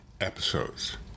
episodes